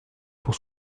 pour